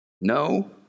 No